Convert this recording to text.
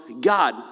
God